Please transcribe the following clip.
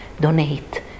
Donate